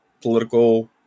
political